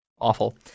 awful